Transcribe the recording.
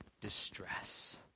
distress